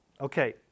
Okay